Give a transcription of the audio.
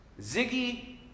Ziggy